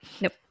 Nope